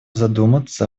задуматься